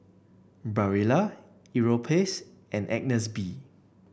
Barilla Europace and Agnes B